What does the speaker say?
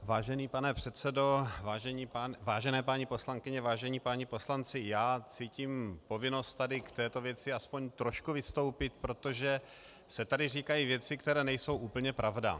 Vážený pane předsedo, vážené paní poslankyně, vážení páni poslanci, já cítím povinnost tady k této věci aspoň trošku vystoupit, protože se tady říkají věci, které nejsou úplně pravda.